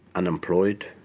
unemployed,